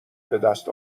بدست